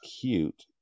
cute